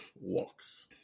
walks